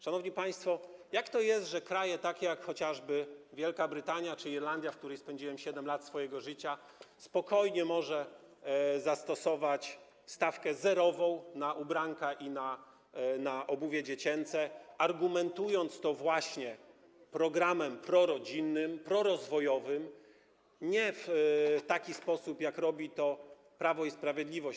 Szanowni państwo, jak to jest, że kraje takie jak chociażby Wielka Brytania czy Irlandia, w której spędziłem 7 lat swojego życia, spokojnie mogą zastosować stawkę zerową na ubranka i na obuwie dziecięce, argumentując to programem prorodzinnym, prorozwojowym, nie w taki sposób, jak robi to Prawo i Sprawiedliwość?